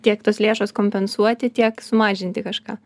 tiek tos lėšos kompensuoti tiek sumažinti kažką